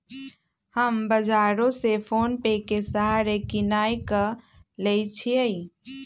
हम बजारो से फोनेपे के सहारे किनाई क लेईछियइ